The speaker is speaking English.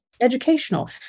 educational